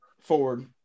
forward